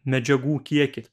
medžiagų kiekį